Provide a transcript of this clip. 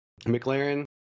McLaren